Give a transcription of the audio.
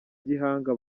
gihanga